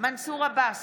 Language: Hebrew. מנסור עבאס,